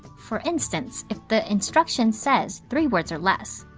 for instance, if the instruction says three words or less,